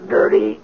Dirty